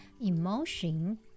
emotion